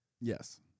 Yes